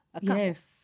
Yes